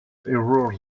errors